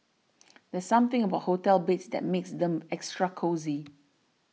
there's something about hotel beds that makes them extra cosy